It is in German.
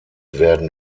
werden